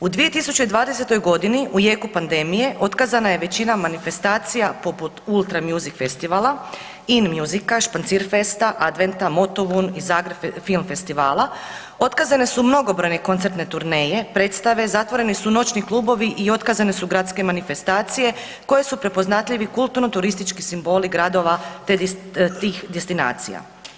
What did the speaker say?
U 2020.g. u jeku pandemije otkazana je većina manifestacija poput „Ultra music festivala“, „In musica“, „Špancirfesta“, „Adventa“, „Motovun“ i „Zagreb film festivala“ otkazane su mnogobrojne koncertne turneje, predstave, zatvoreni su noćni klubovi i otkazane su gradske manifestacije koje su prepoznatljivi kulturno turistički simboli gradova te tih destinacija.